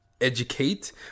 educate